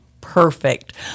perfect